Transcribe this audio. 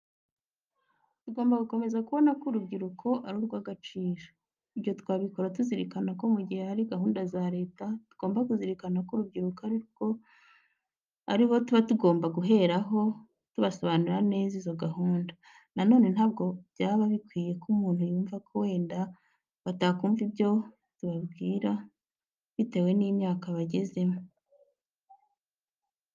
Tugomba gukomeza kubona ko urubyiruko ari urw'agaciro. Ibyo twabikora tuzirikana ko mu gihe hari gahunda za leta tugomba kuzirikana ko urubyiruko ari bo tuba tugomba guheraho tubasobanurira neza izo gahunda. Na none ntabwo byaba bikwiye ko umuntu yumva ko wenda batakumva ibyo tubabwira, bitewe n'imyaka bagezemo.